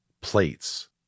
plates